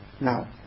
Now